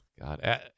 God